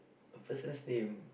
a person's name